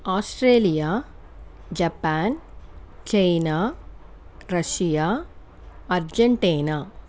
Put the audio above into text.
Australia Japan China Russia Argentina